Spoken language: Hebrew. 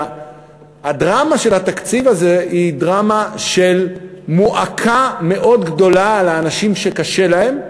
והדרמה של התקציב הזה היא דרמה של מועקה מאוד גדולה על האנשים שקשה להם.